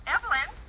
Evelyn